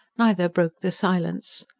neither broke the silence.